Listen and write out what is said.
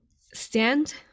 stand